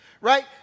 right